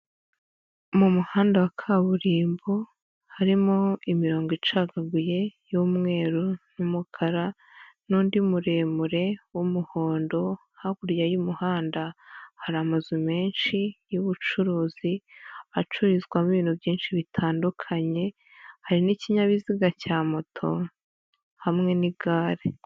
Mu muhanda wa kaburimbo, harimo imirongo icagaguye y'umweru n'umukara n'undi muremure w'umuhondo, hakurya y'umuhanda hari amazu menshi y'ubucuruzi, acururizwamo ibintu byinshi bitandukanye, hari n'ikinyabiziga cya moto hamwe n'igare.